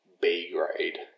B-grade